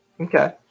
Okay